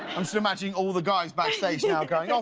i'm so imagining all the guys backstage you know going, yeah